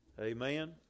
amen